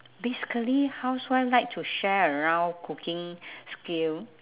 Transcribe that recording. basically housewife like to share around cooking skill